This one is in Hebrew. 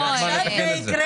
עכשיו זה יקרה?